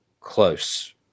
close